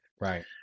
right